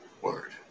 Word